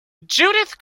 judith